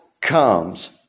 comes